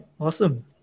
awesome